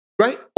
right